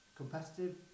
competitive